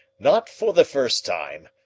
not for the first time,